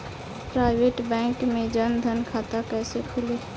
Private bank मे जन धन खाता कैसे खुली?